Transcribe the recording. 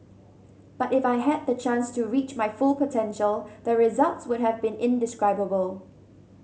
but if I had the chance to reach my full potential the results would have been indescribable